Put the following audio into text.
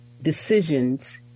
decisions